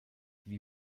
wie